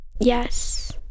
Yes